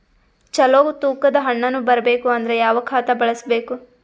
ಚಲೋ ತೂಕ ದ ಹಣ್ಣನ್ನು ಬರಬೇಕು ಅಂದರ ಯಾವ ಖಾತಾ ಬಳಸಬೇಕು?